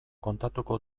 kontatuko